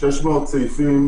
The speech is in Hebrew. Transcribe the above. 600 סעיפים,